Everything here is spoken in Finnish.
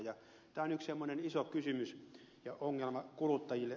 tämä on yksi iso kysymys ja ongelma kuluttajille